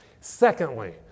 Secondly